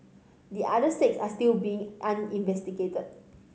the other six are still being uninvestigated